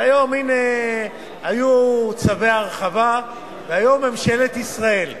היו צווי הרחבה, והיום ממשלת ישראל,